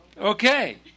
Okay